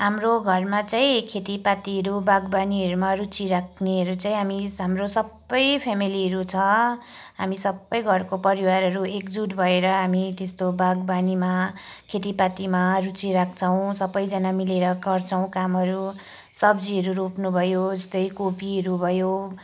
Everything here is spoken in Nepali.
हाम्रो घरमा चाहिँ खेतीपातीहरू बागबानीहरूमा रुचि राख्नेहरू चाहिँ हामी हाम्रो सबै फ्यामिलीहरू छ हामी सबै घरको परिवारहरू एकजुट भएर हामी त्यस्तो बागबानीमा खेतीपातीमा रुचि राख्छौँ सबैजना मिलेर गर्छौँ कामहरू सब्जीहरू रोप्नु भयो जस्तै कोपीहरू भयो